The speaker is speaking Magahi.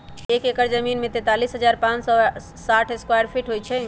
एक एकड़ जमीन में तैंतालीस हजार पांच सौ साठ स्क्वायर फीट होई छई